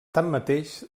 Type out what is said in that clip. tanmateix